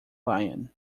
lion